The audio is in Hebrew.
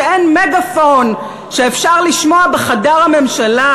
שאין מגאפון שאפשר לשמוע בחדר הממשלה,